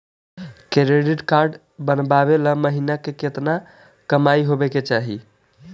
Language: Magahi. क्रेडिट कार्ड बनबाबे ल महीना के केतना कमाइ होबे के चाही?